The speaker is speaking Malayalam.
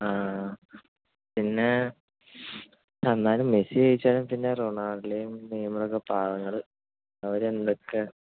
ആ പിന്നെ എന്നാലും മെസ്സി ജയിച്ചാലും പിന്നെ റൊണാൾഡോയും നെയ്മറുമൊക്കെ പാവങ്ങൾ അവരെന്തൊക്കെ